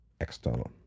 external